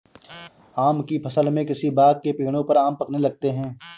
आम की फ़सल में किसी बाग़ के पेड़ों पर आम पकने लगते हैं